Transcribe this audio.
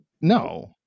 No